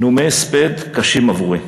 נאומי הספד קשים עבורי,